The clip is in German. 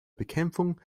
bekämpfung